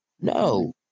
no